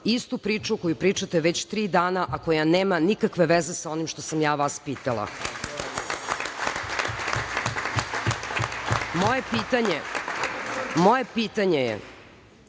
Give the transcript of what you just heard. istu priču koju pričate već tri dana, a koja nema nikakve veze sa onim što sam ja vas pitala. Moje pitanje je,